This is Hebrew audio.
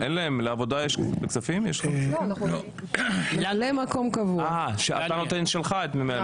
אתה נותן ממלא מקום שלך?